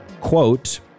quote